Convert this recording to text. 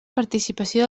participació